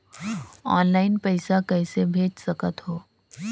Online पइसा कइसे भेज सकत हो?